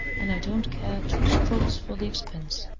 and i don't care two straws for the expense!